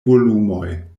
volumoj